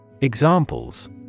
Examples